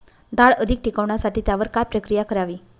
डाळ अधिक टिकवण्यासाठी त्यावर काय प्रक्रिया करावी?